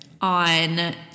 on